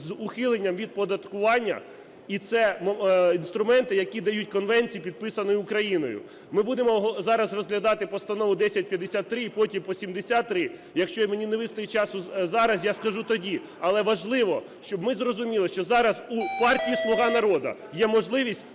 з ухиленням від оподаткування. І це інструменти, які дають конвенції, підписані Україною. Ми будемо зараз розглядати постанову 1053 і потім по 73. Якщо мені не вистачить часу зараз, я скажу тоді. Але важливо, щоб ми зрозуміли, що зараз у партії "Слуга народу" є можливість